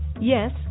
Yes